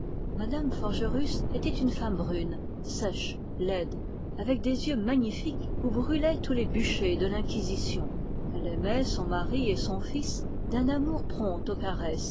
mme forgerus était une femme brune sèche laide avec des yeux magnifiques où brûlaient tous les bûchers de l'inquisition elle aimait son mari et son fils d'un amour